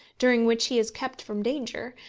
during which he is kept from danger,